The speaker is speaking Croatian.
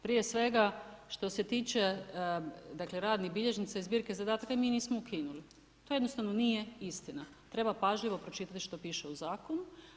Prije svega, što se tiče dakle, radnih bilježnica i zbirke zadatak, mi nismo ukinuli, to jednostavno nije istina, treba pažljivo pročitati što piše u zakonu.